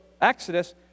Exodus